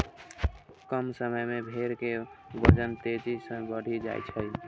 कम समय मे भेड़ के वजन तेजी सं बढ़ि जाइ छै